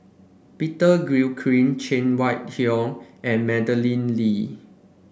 Peter Gilchrist Cheng Wai Keung and Madeleine Lee